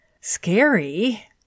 scary